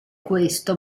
questo